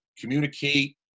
communicate